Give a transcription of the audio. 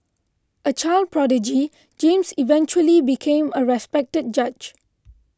a child prodigy James eventually became a respected judge